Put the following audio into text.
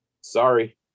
sorry